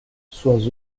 suas